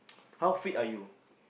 how fit are you